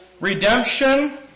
redemption